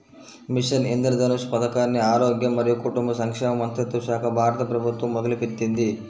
machine Indradhanush పథకాన్ని ఆరోగ్య మరియు కుటుంబ సంక్షేమ మంత్రిత్వశాఖ, భారత ప్రభుత్వం మొదలుపెట్టింది